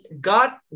God